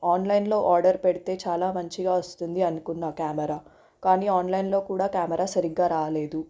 ఆన్లైన్లో ఆర్డర్ పెడితే చాలా మంచిగా వస్తుంది అనుకున్న కెమెరా కానీ ఆన్లైన్లో కూడా కెమెరా సరిగా రాలేదు